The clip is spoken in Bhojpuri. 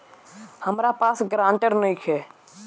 हमरा पास ग्रांटर नइखे?